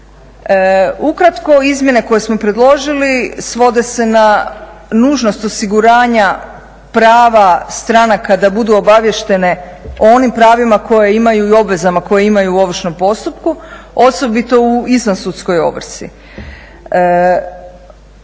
Ukratko, izmjene koje smo predložili svode se na nužnost osiguranja prava stranaka da budu obaviještene o onim pravima koja imaju i obvezama koje imaju u ovršnom postupku, osobito u izvansudskoj ovrsi.